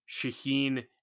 Shaheen